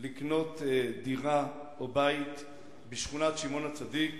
לקנות דירה או בית בשכונת שמעון-הצדיק